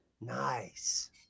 nice